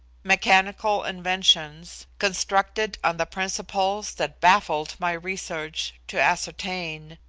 mechanical inventions, constructed on the principles that baffled my research to ascertain,